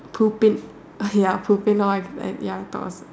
pooping uh ya pooping now I ya thought of it